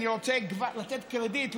אני רוצה לתת כבר קרדיט,